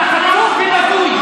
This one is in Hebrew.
אתה חצוף ובזוי.